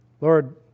Lord